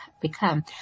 become